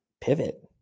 pivot